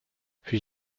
für